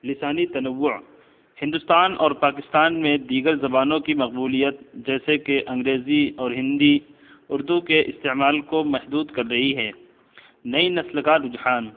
لسانی تنوع ہندوستان اور پاکستان میں دیگر زبانوں کی مقبولیت جیسے کہ انگریزی اور ہندی اردو کے استعمال کو محدود کر رہی ہے نئی نسل کا رحجان